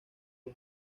los